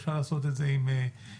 אפשר לעשות את זה עם מתנדבים,